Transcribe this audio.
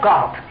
God